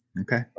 Okay